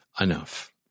enough